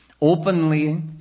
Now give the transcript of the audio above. openly